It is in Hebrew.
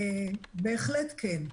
בהחלט כן.